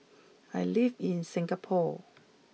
I live in Singapore